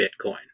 Bitcoin